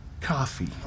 coffee